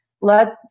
let